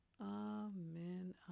Amen